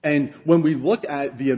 and when we look at the